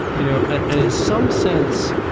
you know and in some sense,